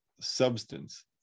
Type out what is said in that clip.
substance